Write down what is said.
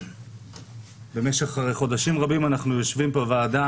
במשך חודשים רבים אנחנו יושבים בוועדה